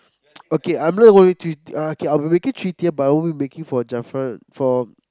okay I'm not gonna make three tier K I'll be making three tier but I won't Jaafar for